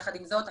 יחד עם זאת,